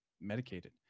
medicated